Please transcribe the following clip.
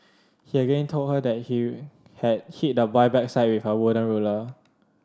he again told her that he had hit the boy backside with her wooden ruler